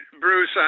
Bruce